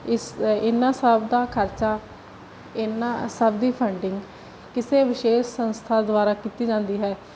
ਇਸ ਇਹਨਾਂ ਸਭ ਦਾ ਖਰਚਾ ਇਹਨਾਂ ਸਭ ਦੀ ਫੰਡਿੰਗ ਕਿਸੇ ਵਿਸ਼ੇਸ਼ ਸੰਸਥਾ ਦੁਆਰਾ ਕੀਤੀ ਜਾਂਦੀ ਹੈ